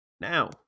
Now